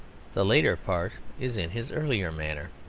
the later part is in his earlier manner.